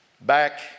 back